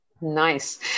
Nice